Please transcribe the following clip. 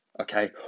Okay